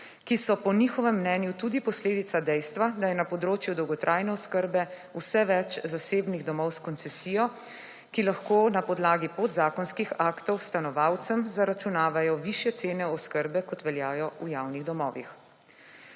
ki so po njihovem mnenju tudi posledica dejstva, da je na področju dolgotrajne oskrbe vse več zasebnih domov s koncesijo, ki lahko na podlagi podzakonskih aktov stanovalcem zaračunavajo višje cene oskebe kot veljajo v javnih domovih.